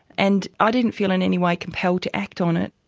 and i didn't feel in any way compelled to act on it,